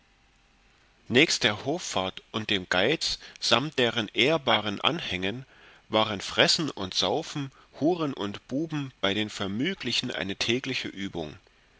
nächst der hoffart und dem geiz samt deren ehrbaren anhängen waren fressen und saufen huren und buben bei den vermüglichen eine tägliche übung